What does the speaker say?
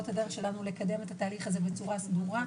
הדרך שלנו לקדם את התהליך הזה בצורה סדורה.